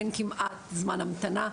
אין כמעט זמן המתנה.